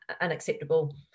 unacceptable